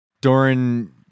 Doran